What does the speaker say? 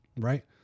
Right